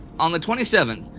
on the twenty seventh,